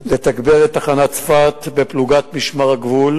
לתגבר את תחנת צפת בפלוגת משמר הגבול,